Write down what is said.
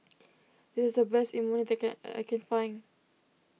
this is the best Imoni that I can I can find